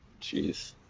Jeez